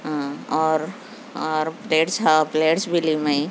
ہاں اور اور پلیٹس ہاں پلیٹس بھی لی میں